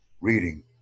reading